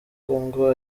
congo